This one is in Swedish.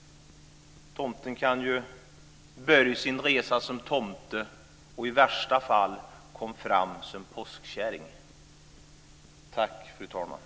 Tomten kan börja sin resa som tomte och i värsta fall komma fram som påskkärring.